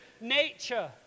nature